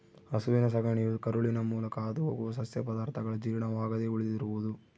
ಹಸುವಿನ ಸಗಣಿಯು ಕರುಳಿನ ಮೂಲಕ ಹಾದುಹೋಗುವ ಸಸ್ಯ ಪದಾರ್ಥಗಳ ಜೀರ್ಣವಾಗದೆ ಉಳಿದಿರುವುದು